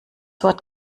wort